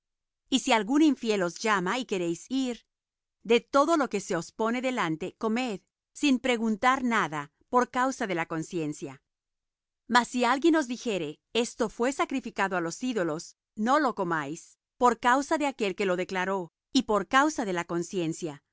y si algún infiel os llama y queréis ir de todo lo que se os pone delante comed sin preguntar nada por causa de la conciencia mas si alguien os dijere esto fué sacrificado á los ídolos no lo comáis por causa de aquel que lo declaró y por causa de la conciencia